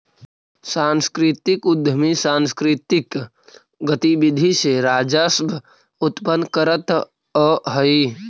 सांस्कृतिक उद्यमी सांकृतिक गतिविधि से राजस्व उत्पन्न करतअ हई